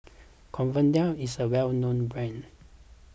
Convatec is a well known brand